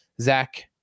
Zach